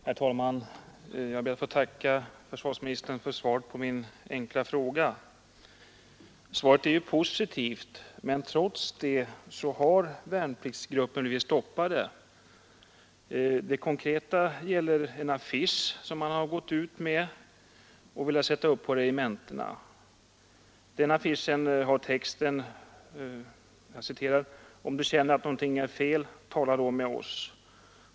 Herr talman! Jag ber att få tacka försvarsministern för svaret på min enkla fråga. Svaret är ju positivt men trots det har värnpliktsgruppen blivit stoppad. Det konkreta fallet gäller en affisch som arbetsgruppen för 1973 års värnpliktsriksdag velat sätta upp på regementena. Denna affisch har rubriken ”Om du känner att någonting är fel... tala då med oss! ”.